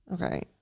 okay